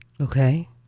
Okay